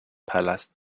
palast